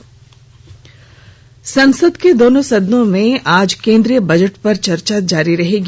budget चर्चा संसद के दोनों सदनों में आज केन्द्रीय बजट पर चर्चा जारी रहेगी